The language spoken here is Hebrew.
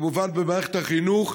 כמובן במערכת החינוך,